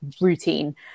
routine